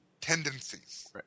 tendencies